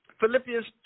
Philippians